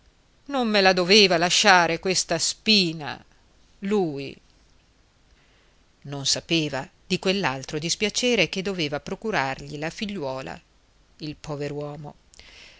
non me la doveva lasciare questa spina lui non sapeva di quell'altro dispiacere che doveva procuragli la figliuola il pover'uomo